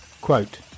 quote